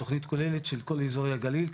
תוכנית כוללת של כל אזורי הגליל.